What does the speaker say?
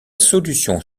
solution